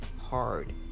hard